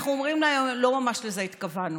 אנחנו אומרים להם: לא ממש לזה התכוונו,